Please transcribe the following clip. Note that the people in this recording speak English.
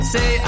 Say